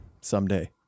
Someday